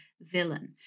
villain